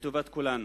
לטובת כולנו.